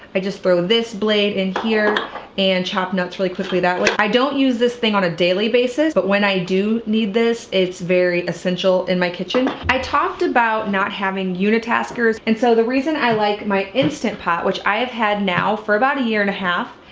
i just throw this blade in here and chop nuts really quickly that way. i don't use this thing on a daily basis but when i do need this it's very essential in my kitchen. i talked about not having uni-taskers and so the reason i like my instant pot, which i have had now for about a year and a half,